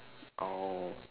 oh